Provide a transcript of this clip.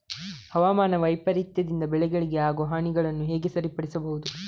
ಹವಾಮಾನ ವೈಪರೀತ್ಯದಿಂದ ಬೆಳೆಗಳಿಗೆ ಆಗುವ ಹಾನಿಗಳನ್ನು ಹೇಗೆ ಸರಿಪಡಿಸಬಹುದು?